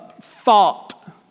thought